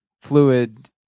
fluid